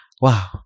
Wow